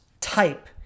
type